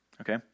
Okay